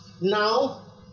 Now